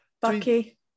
Bucky